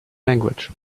language